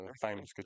famous